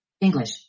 English